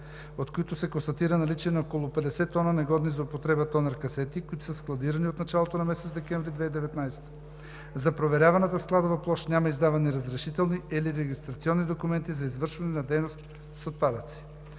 от които се констатира наличие на около 50 тона негодни за употреба тонер-касети, които са складирани от началото на месец декември 2019 г. За проверяваната складова площ няма издавани разрешителни или регистрационни документи за извършване на дейност с отпадъци.